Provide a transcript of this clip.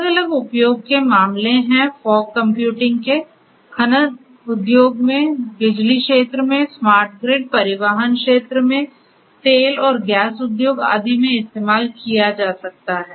अलग अलग उपयोग के मामले हैं फॉग कंप्यूटिंग के खनन उद्योग में बिजली क्षेत्र में स्मार्ट ग्रिड परिवहन क्षेत्र में तेल और गैस उद्योग आदि में इस्तेमाल किया जा सकता है